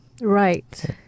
Right